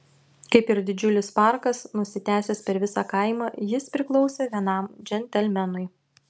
kaip ir didžiulis parkas nusitęsęs per visą kaimą jis priklausė vienam džentelmenui